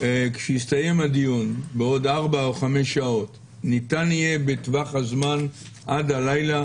כאשר יסתיים הדיון בעוד ארבע או חמש שעות ניתן יהיה בטווח הזמן עד הלילה